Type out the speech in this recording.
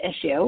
issue